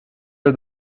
are